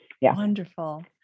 Wonderful